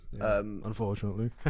Unfortunately